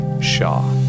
Shaw